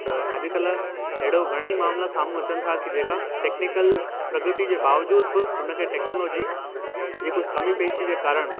त अॼकल्ह अहिड़ो घणेई मामला साम्हूं अचनि था जेका टेक्नीकल प्रगति जे बावजूदु बि उनखे टेक्नोलॉजी जी कुझु कमी पेशी जे कारणु